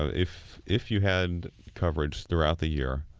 ah if if you had coverage throughout the year,